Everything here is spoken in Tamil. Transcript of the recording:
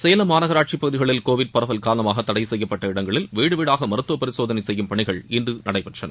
சேலம் மாநகராட்சிப் பகுதிகளில் கோவிட் பரவல் காரணமாக தடை செய்யப்பட்ட இடங்களில் வீடு வீடாக மருத்துவப் பரிசோதனை செய்யும் பணிகள் இன்று நடைபெற்றன